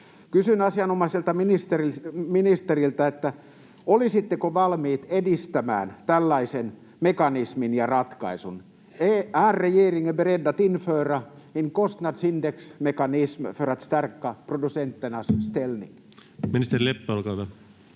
Kysyn asianomaiselta ministeriltä: olisitteko valmis edistämään tällaista mekanismia ja ratkaisua? Är regeringen beredd att införa en kostnadsindexmekanism för att stärka producenternas ställning? [Speech 112] Speaker: